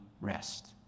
rest